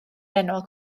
enwog